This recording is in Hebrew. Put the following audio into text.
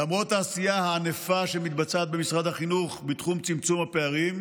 למרות העשייה הענפה שמתבצעת במשרד החינוך בתחום צמצום הפערים,